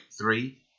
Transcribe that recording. three